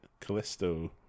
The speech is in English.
Callisto